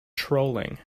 trolling